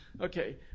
Okay